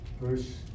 verse